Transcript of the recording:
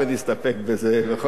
בכל אופן, תודה.